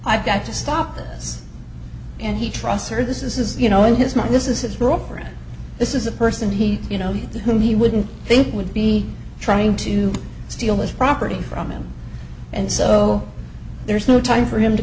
i've got to stop this and he trusts or this is you know in his mind this is his route for it this is a person he you know who he wouldn't think would be trying to steal his property from him and so there's no time for him to